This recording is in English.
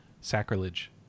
Sacrilege